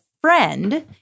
friend